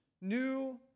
new